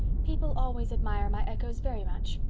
people always admire my echoes very much,